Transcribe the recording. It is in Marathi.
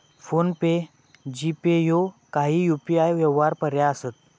फोन पे, जी.पे ह्यो काही यू.पी.आय व्यवहार पर्याय असत